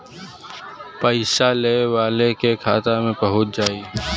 पइसा लेवे वाले के खाता मे पहुँच जाई